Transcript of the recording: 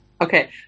okay